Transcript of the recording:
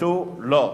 ותו לא.